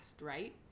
right